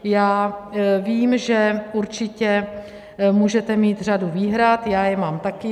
Já vím, že určitě můžete mít řadu výhrad, já je mám také.